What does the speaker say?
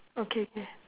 okay can